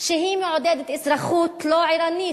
שהיא מעודדת אזרחות לא ערנית,